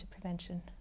prevention